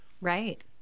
Right